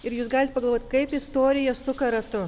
ir jūs galit pagalvot kaip istorija suka ratu